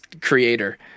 creator